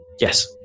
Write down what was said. Yes